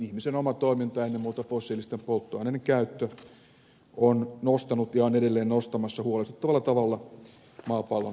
ihmisen oma toiminta ja ennen muuta fossiilisten polttoaineiden käyttö on nostanut ja on edelleen nostamassa huolestuttavalla tavalla maapallon keskilämpötilaa